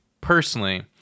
personally